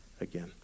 again